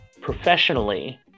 professionally